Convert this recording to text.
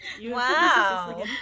Wow